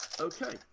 Okay